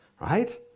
Right